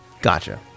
Gotcha